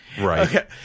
Right